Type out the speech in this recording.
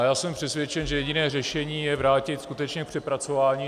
Já jsem přesvědčen, že jediné řešení je vrátit tuto normu skutečně k přepracování.